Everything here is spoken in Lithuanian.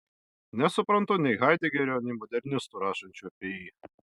nesuprantu nei haidegerio nei modernistų rašančių apie jį